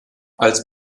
als